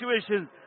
situations